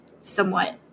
somewhat